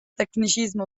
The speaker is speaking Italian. tecnicismo